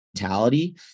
mentality